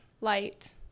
light